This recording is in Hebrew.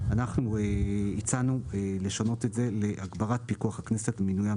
אנחנו הצענו לשנות את זה ל"הגברת פיקוח הכנסת לעניינם